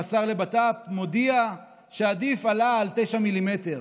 והשר לבט"פ מודיע שעדיף אלה על 9 מ"מ.